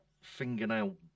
fingernail